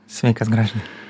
sveikas gražvydai